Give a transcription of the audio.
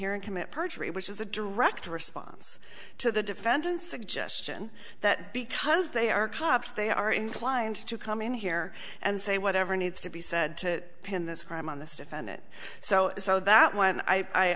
here and commit perjury which is a direct response to the defendant's suggestion that because they are cops they are inclined to come in here and say whatever needs to be said to pin this crime on this defend it so so that when i